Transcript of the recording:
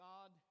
God